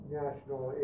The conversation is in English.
national